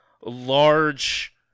large